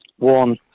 One